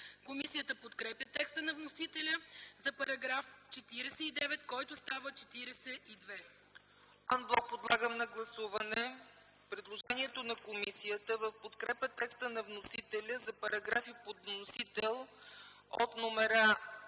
Комисията подкрепя текста на вносителя за § 46, който става §